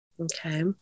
Okay